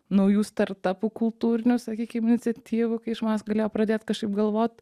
naujų startapų kultūrinių sakykim iniciatyvų kai žmonės galėjo pradėt kažkaip galvot